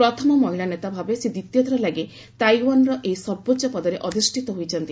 ପ୍ରଥମ ମହିଳା ନେତା ଭାବେ ସେ ଦ୍ୱିତୀୟଥର ଲାଗି ତାଇୱାନର ଏହି ସର୍ବୋଚ୍ଚ ପଦରେ ଅଧିଷ୍ଠିତ ହୋଇଛନ୍ତି